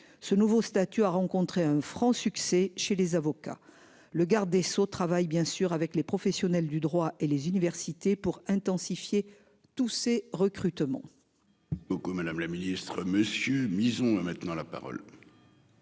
ce nouveau statut a rencontré un franc succès chez les avocats, le garde des Sceaux travaille bien sûr avec les professionnels du droit et les universités pour intensifier tous ces recrutements. Beaucoup Madame la Ministre Monsieur Mison hein maintenant la parole.--